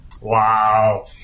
Wow